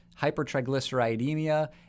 hypertriglyceridemia